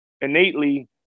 innately